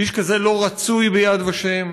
איש כזה לא רצוי ביד ושם.